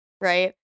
right